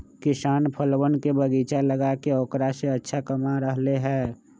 किसान फलवन के बगीचा लगाके औकरा से अच्छा कमा रहले है